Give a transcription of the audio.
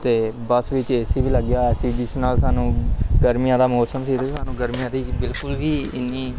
ਅਤੇ ਬੱਸ ਵਿੱਚ A C ਵੀ ਲੱਗਿਆ ਹੋਇਆ ਸੀ ਜਿਸ ਨਾਲ ਸਾਨੂੰ ਗਰਮੀਆਂ ਦਾ ਮੌਸਮ ਸੀ ਸਾਨੂੰ ਗਰਮੀਆਂ ਦੀ ਬਿਲਕੁਲ ਵੀ ਇੰਨੀ